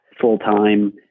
full-time